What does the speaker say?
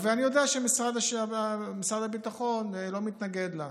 אני יודע שמשרד הביטחון לא מתנגד לה.